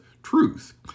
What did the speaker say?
truth